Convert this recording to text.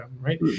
right